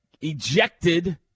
Ejected